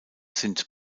sind